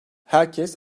herkes